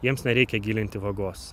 jiems nereikia gilinti vagos